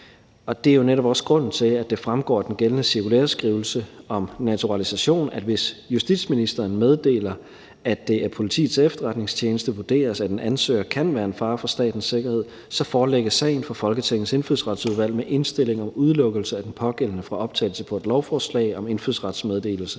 og det er jo netop også grunden til, at det fremgår af den gældende cirkulæreskrivelse om naturalisation, at hvis justitsministeren meddeler, at det af Politiets Efterretningstjeneste vurderes, at en ansøger kan være en fare for statens sikkerhed, forelægges sagen for Folketingets Indfødsretsudvalg med indstilling om udelukkelse af den pågældende fra optagelse på et lovforslag om indfødsrets meddelelse